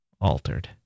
altered